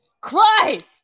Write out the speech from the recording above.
Christ